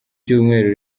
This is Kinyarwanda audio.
cyumweru